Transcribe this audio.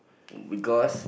because